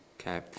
Okay